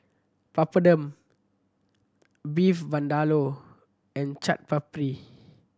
Papadum Beef Vindaloo and Chaat Papri